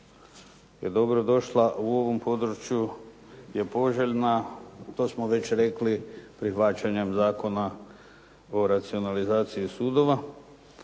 je dobro došla u ovom području je poželjna. To smo već rekli prihvaćanjem Zakona o racionalizaciji sudova